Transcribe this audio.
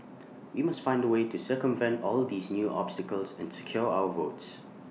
we must find A way to circumvent all these new obstacles and secure our votes